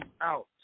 out